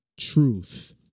truth